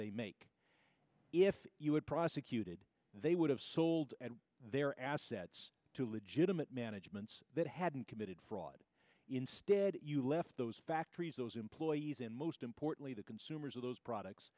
they make if you had prosecuted they would have sold their assets to legitimate managements that hadn't committed fraud instead you left those factories those employees and most importantly the consumers of those products